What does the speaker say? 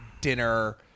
dinner